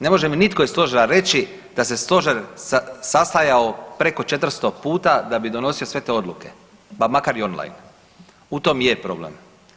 Ne može mi nitko iz Stožera reći da se Stožer sastajao preko 400 puta da bi donosio sve te odluke, pa makar i online, u tom i je problem.